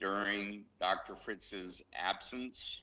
during dr. fritz's absence,